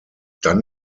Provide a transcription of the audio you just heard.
dann